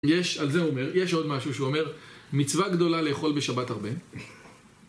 יש, על זה הוא אומר, יש עוד משהו שהוא אומר מצווה גדולה לאכול בשבת הרבה